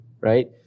right